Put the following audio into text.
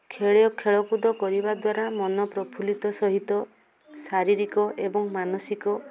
ଖେଳକୁଦ କରିବା ଦ୍ୱାରା ମନ ପ୍ରଫୁଲ୍ଲିତ ସହିତ ଶାରୀରିକ ଏବଂ ମାନସିକ